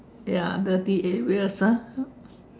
ya dirty areas ah